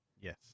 Yes